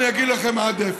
אני אגיד לכם עד איפה: